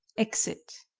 exit